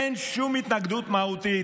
אין שום התנגדות מהותית.